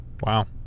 Wow